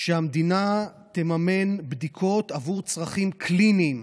שהמדינה תממן בדיקות עבור צרכים קליניים,